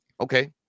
okay